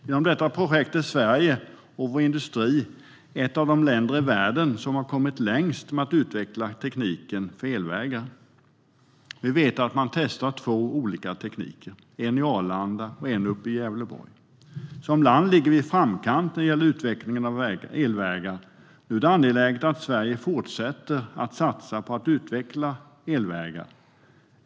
Genom detta projekt är Sverige med vår industri ett av de länder i världen som har kommit längst med att utveckla tekniken för elvägar. Vi vet att man testar två olika tekniker, en vid Arlanda och en i Gävleborg. Som land ligger vi i framkant när det gäller utvecklingen av elvägar. Nu är det angeläget att Sverige fortsätter att satsa på att utveckla elvägar.